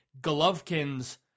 Golovkin's